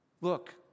look